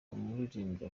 umuririmbyi